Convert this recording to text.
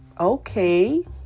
okay